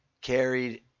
carried